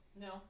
No